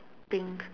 pink